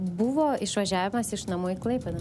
buvo išvažiavimas iš namų į klaipėdą